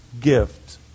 gift